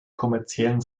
kommerziellen